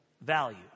value